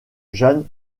jeanne